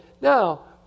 now